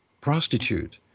prostitute